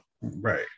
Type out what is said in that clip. Right